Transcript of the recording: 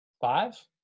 five